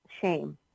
shame